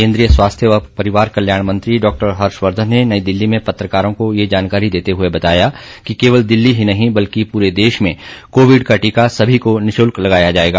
केंद्रीय स्वास्थ्य व परिवार कल्याण मंत्री डॉक्टर हर्षवर्धन ने नई दिल्ली में पत्रकारों को ये जानकारी देते हुए बताया कि केवल दिल्ली ही नहीं बल्कि पूरे देश में कोविड का टीका सभी को निःशुल्क लगाया जाएगा